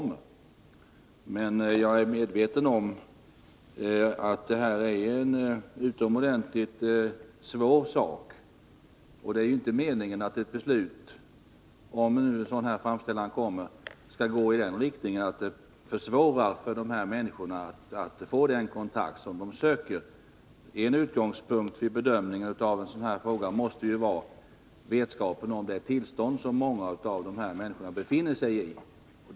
Jag är emellertid medveten om att det rör sig om utomordentligt svåra förhållanden, och det är inte meningen att ett beslut — om en sådan här framställning kommer — skall gå i den riktningen att det försvårar för de människor som det gäller att få den kontakt som de söker. En utgångspunkt vid bedömningen av en sådan här fråga måste vara kännedom om det tillstånd många av dessa människor befinner sig i.